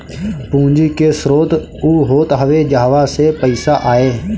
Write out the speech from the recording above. पूंजी के स्रोत उ होत हवे जहवा से पईसा आए